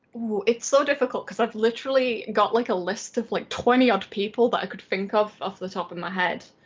it's so difficult cause i've literally got like a list of like twenty odd of people that i could think of off the top of my head.